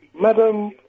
Madam